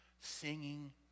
singing